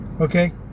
Okay